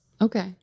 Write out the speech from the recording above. Okay